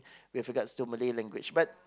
with regards to Malay language but